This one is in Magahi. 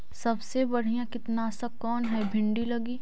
सबसे बढ़िया कित्नासक कौन है भिन्डी लगी?